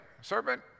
serpent